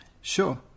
Sure